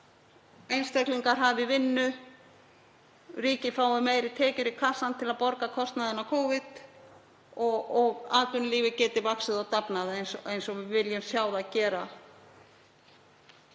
einstaklingar hafi vinnu, til að ríkið fái meiri tekjur í kassann til að borga kostnaðinn af Covid og atvinnulífið geti vaxið og dafnað eins og við viljum sjá það gera